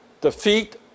defeat